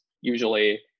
usually